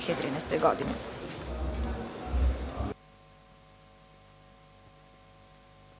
2013. godine.